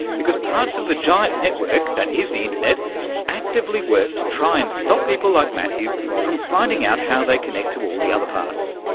because parts of the giant network that is the internet actively work to try and stop people like matthew from finding out how they connect to all the other parts.